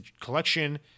collection